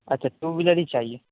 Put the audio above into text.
اچھا two wheeler ہی چاہیے